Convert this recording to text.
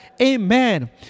Amen